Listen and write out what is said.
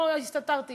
ולא הסתתרתי